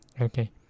Okay